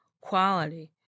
quality